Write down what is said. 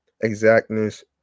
exactness